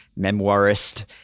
memoirist